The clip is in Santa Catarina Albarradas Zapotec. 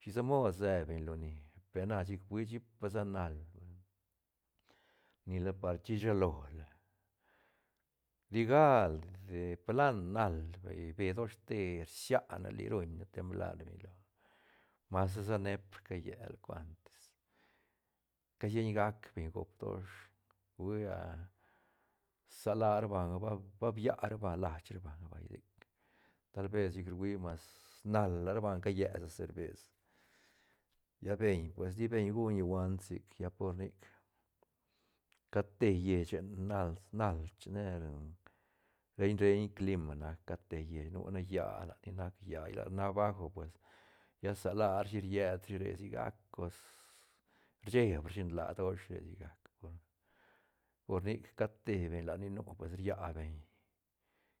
Shisa mod se beñ loni pe na chic fuia chipa sa nal hui ni la par chishi lola tigal di de plan nal vay bee doshte rsiane li ruñ ne templar nia lo masa sa neep callela cuantis casieñ gac beñ gop dosh huia salara banga ba- ba bia ra banga lach ra banga vay sic tal ves chic ruia vay mas nal la ra banga ca lle sa cervez lla beñ pues ti beñ guñ guant sic lla por nic cat te lleiche nal- nal ne reiñ-reiñ clima nac cad te llei nu ne lla lat ni nac lla lat nac bajo pues lla sa larashi riet rashi re sigac cos sheeb rashi nlaa dosh re si gac con por nic cat te beñ la ni nu pues ria beñ